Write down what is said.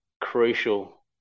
crucial